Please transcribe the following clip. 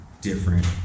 different